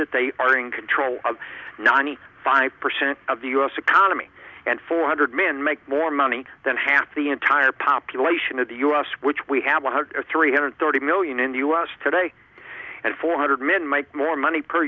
that they are in control of ninety five percent of the u s economy and four hundred men make more money than half the entire population of the us which we have one hundred three hundred thirty million in the us today and four hundred men make more money per